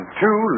two